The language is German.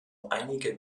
einige